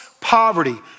Poverty